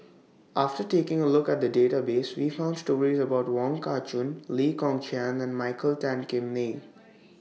after taking A Look At The databases We found stories about Wong Kah Chun Lee Kong Chian and Michael Tan Kim Nei